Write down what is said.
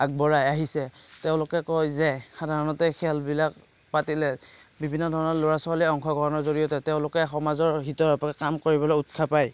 আগবঢ়াই আহিছে তেওঁলোকে কয় যে সাধাৰণতে খেলবিলাক পাতিলে বিভিন্ন ধৰণৰ ল'ৰা ছোৱালীয়ে অংশগ্ৰহণৰ জৰিয়তে তেওঁলোকে সমাজৰ হিতৰ সপক্ষে কাম কৰিবলৈ উৎসাহ পায়